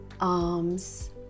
arms